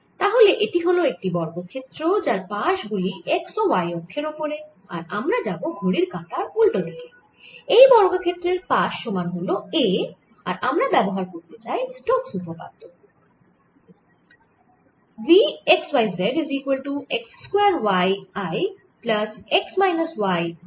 তাহলে এটি হল একটি বর্গক্ষেত্র যার পাশ গুলি x ও y অক্ষের ওপরে আর আমরা যাবো ঘড়ির কাঁটার উল্টো দিকে এই বর্গক্ষেত্রের পাশ সমান হল a আর আমরা ব্যবহার করতে চাই স্টোক্স উপপাদ্য Stokes' theorem